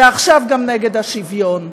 ועכשיו גם נגד השוויון.